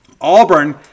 Auburn